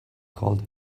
called